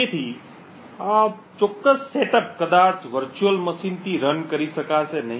તેથી આ વિશિષ્ટ સેટઅપ કદાચ વર્ચુઅલ મશીનથી રન કરી શકાશે નહીં